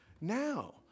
now